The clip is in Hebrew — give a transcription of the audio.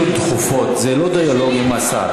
אלה שאילתות דחופות, זה לא דיאלוג עם השר.